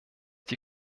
die